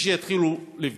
ושיתחילו לבדוק.